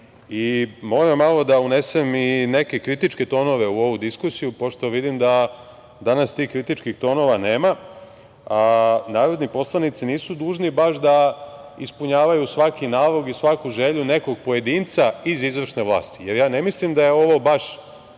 i moram malo da unesem i neke kritičke tonove u ovu diskusiju pošto vidim da danas tih kritičkih tonova nema, a narodni poslanici nisu dužni baš da ispunjavaju svaki nalog i svaku želju nekog pojedinca iz izvršne vlasti, jer ja ne mislim da je ovo baš